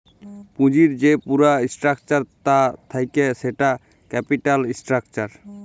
পুঁজির যে পুরা স্ট্রাকচার তা থাক্যে সেটা ক্যাপিটাল স্ট্রাকচার